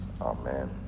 Amen